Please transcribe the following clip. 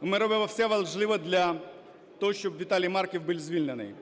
Ми робимо все можливе для того, щоб Віталій Марків був звільнений.